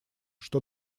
что